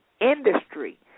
industry